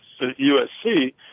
USC